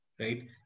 right